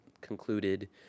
concluded